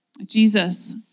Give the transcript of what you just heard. Jesus